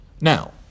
Now